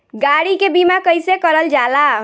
गाड़ी के बीमा कईसे करल जाला?